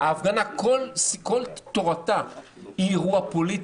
כל תורתה של ההפגנה שהיא אירוע פוליטי.